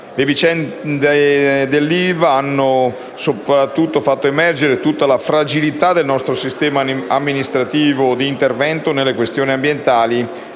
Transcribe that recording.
Le vicende dell'ILVA hanno soprattutto fatto emergere tutta la fragilità del nostro sistema amministrativo di intervento nelle questioni ambientali